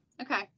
Okay